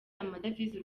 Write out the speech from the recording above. amadevize